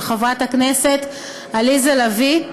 של חברת הכנסת עליזה לביא,